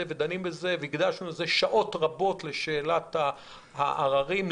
ודנים בזה והקדשנו שעות רבות לשאלת העררים,